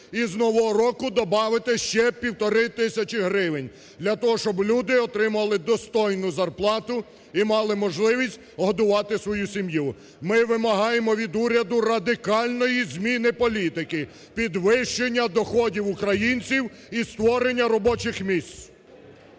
і з нового року добавити ще 1,5 тисячі гривень для того, щоб люди отримали достойну зарплату і мали можливість годувати свою сім'ю. Ми вимагаємо від уряду радикальної зміни політики, підвищення доходів українців і створення робочих місць.